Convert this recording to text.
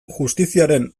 justiziaren